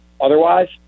otherwise